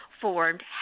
formed